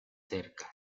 cerca